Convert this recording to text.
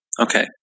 Okay